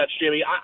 Jimmy